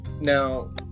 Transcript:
now